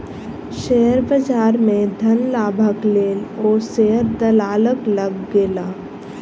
share बजार में धन लाभक लेल ओ शेयर दलालक लग गेला